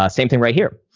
ah same thing right here.